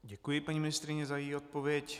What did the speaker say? Děkuji paní ministryni za její odpověď.